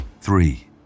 Three